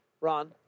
Ron